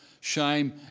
shame